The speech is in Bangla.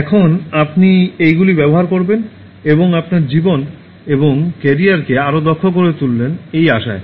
এখন আপনি এইগুলি ব্যবহার করবেন এবং আপনার জীবন এবং ক্যারিয়ারকে আরও দক্ষ করে তুলবেন এই আশায়